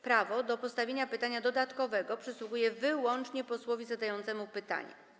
Prawo do postawienia pytania dodatkowego przysługuje wyłącznie posłowi zadającemu pytanie.